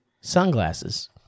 sunglasses